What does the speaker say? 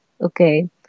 okay